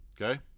Okay